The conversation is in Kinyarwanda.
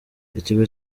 ikigo